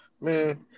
Man